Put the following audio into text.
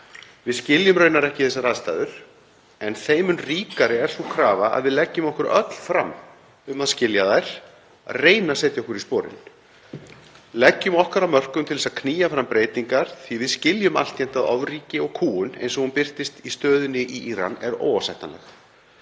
Við skiljum raunar ekki þessar aðstæður en þeim mun ríkari er sú krafa að við leggjum okkur öll fram um að skilja þær, reynum að setja okkur í spor þessa fólks. Leggjum okkar af mörkum til þess að knýja fram breytingar því að við skiljum alltént að ofríki og kúgun eins og hún birtist í stöðunni í Íran er óásættanleg.